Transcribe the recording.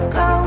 go